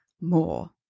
more